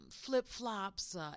flip-flops